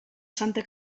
santa